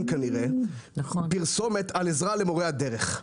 כנראה פרסומים על עזרה למורי הדרך.